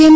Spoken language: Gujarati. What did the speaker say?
એમ